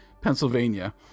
Pennsylvania